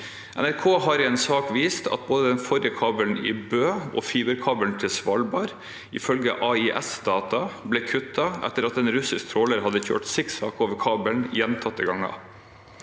NRK har i en sak vist at både den forrige kabelen i Bø og fiberkabelen til Svalbard ifølge AIS-data ble kuttet etter at en russisk tråler hadde kjørt sikksakk over kabelen gjentatte ganger.